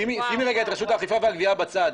שימי רגע את רשות האכיפה והגבייה בצד.